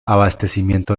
abastecimiento